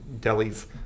delis